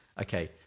okay